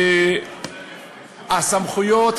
והסמכויות,